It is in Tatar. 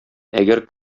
әгәр